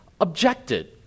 objected